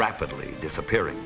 rapidly disappearing